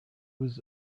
was